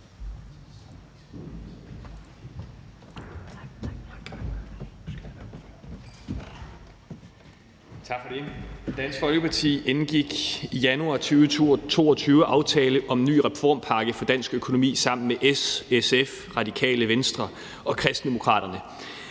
Dansk Folkeparti indgik i januar 2022 aftalen »En ny reformpakke for dansk økonomi« sammen med S, SF, Radikale Venstre og Kristendemokraterne.